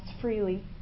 freely